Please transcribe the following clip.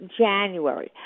January